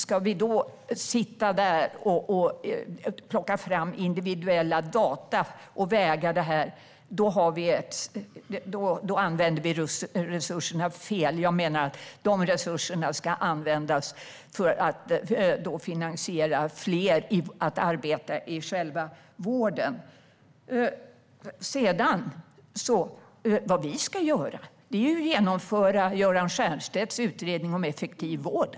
Ska vi då sitta och plocka fram individuella data och väga det? Då använder vi resurserna fel. Jag menar att de resurserna ska användas för att finansiera fler som arbetar i själva vården. Vad vi ska göra är att genomföra det som sägs i Göran Stiernstedts utredning om effektiv vård.